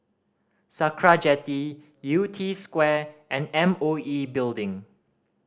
Sakra Jetty Yew Tee Square and M O E Building